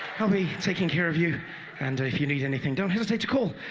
will be taking care of you and if you need anything, don't hesitate to call.